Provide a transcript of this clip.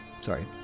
sorry